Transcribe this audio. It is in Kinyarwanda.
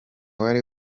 wari